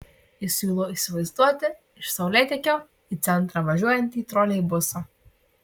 jis siūlo įsivaizduoti iš saulėtekio į centrą važiuojantį troleibusą